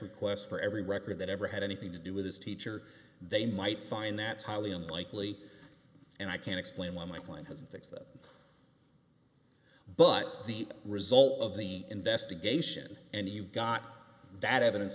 requests for every record that ever had anything to do with his teacher they might find that's highly unlikely and i can explain why my client doesn't fix that but the result of the investigation and you've got that evidence